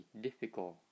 difficult